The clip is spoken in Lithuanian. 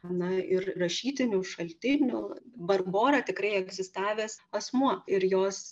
na ir rašytinių šaltinių barbora tikrai egzistavęs asmuo ir jos